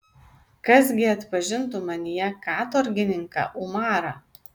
kas gi atpažintų manyje katorgininką umarą